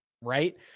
right